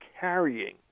carrying